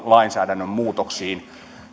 lainsäädännön muutoksiin